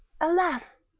alas,